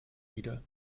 wieder